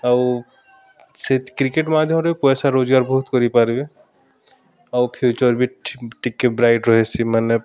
ଆଉ ସେ କ୍ରିକେଟ୍ ମାଧ୍ୟମରେ ପଏସା ରୋଜ୍ଗାର୍ ବହୁତ୍ କରିପାର୍ବେ ଆଉ ଫ୍ୟୁଚର୍ ବି ଟିକେ ବ୍ରାଇଟ୍ ରହେସି ମାନେ